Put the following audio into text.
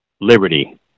Liberty